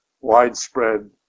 widespread